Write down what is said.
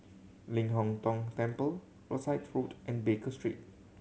Ling Hong Tong Temple Rosyth Road and Baker Street